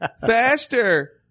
Faster